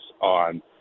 on